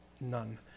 None